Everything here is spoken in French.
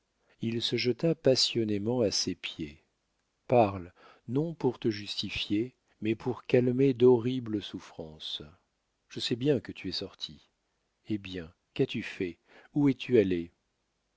il se jeta passionnément à ses pieds parle non pour te justifier mais pour calmer d'horribles souffrances je sais bien que tu es sortie eh bien qu'as-tu fait où es-tu